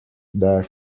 there